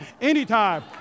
anytime